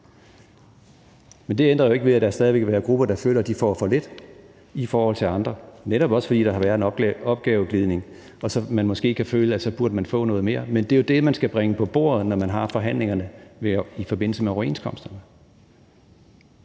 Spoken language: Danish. Men det ændrer jo ikke ved, at der stadig væk vil være grupper, der føler, at de får for lidt i forhold til andre, netop også fordi der har været en opgaveglidning. Så kan man måske føle, at man burde få noget mere, men det er jo det, man skal bringe på bordet, når man har forhandlingerne i forbindelse med overenskomsterne.